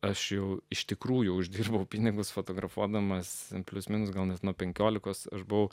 aš jau iš tikrųjų uždirbau pinigus fotografuodamas plius minus gaunasi nuo penkiolikos aš buvau